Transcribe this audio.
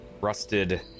Rusted